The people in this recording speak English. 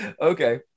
Okay